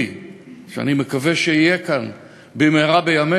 בואו נשים את זה רגע בצד,